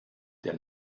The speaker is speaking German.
der